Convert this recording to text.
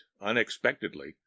unexpectedly